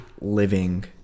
living